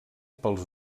pels